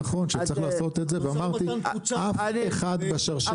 אמרתי אף אחד בשרשרת לא מושלם.